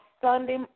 Sunday